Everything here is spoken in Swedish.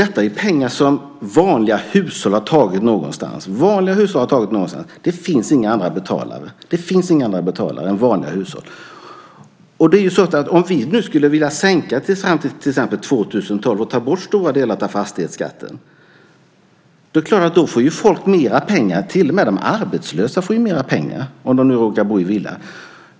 Det är pengar som vanliga hushåll har tagit någonstans. Det finns inga andra betalare än vanliga hushåll. Om vi skulle vilja genomföra en sänkning till år 2012 och ta bort stora delar av fastighetsskatten får folk helt klart mera pengar. Till och med de arbetslösa får mera pengar om de råkar bo i villa.